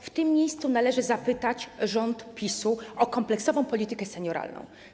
W tym miejscu należy zapytać rząd PiS-u o kompleksową politykę senioralną.